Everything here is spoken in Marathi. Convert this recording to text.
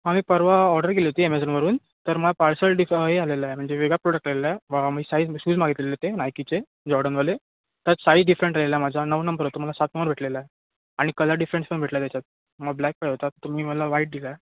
हां मी परवा ऑर्डर केली होती ॲमेझॉनवरून तर मला पार्सल डिफर हे आलेला आहे म्हणजे वेगळा प्रोडक्ट आलेला आहे मी साईज शूज मागितलेले होते नायकीचे जॉर्डनवाले त्यात साईज डिफरंट राहिला आहे माझा नऊ नंबर होतो मला सात नंबर भेटलेला आहे आणि कलर डिफरन्स पण भेटला आहे त्याच्यात मला ब्लॅक पाहिजे होता तुम्ही मला वायट दिला आहे